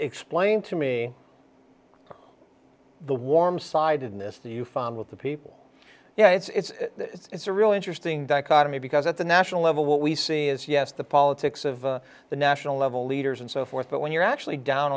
explain to me the warm side in this that you find with the people you know it's it's a really interesting dichotomy because at the national level what we see is yes the politics of the national level leaders and so forth but when you're actually down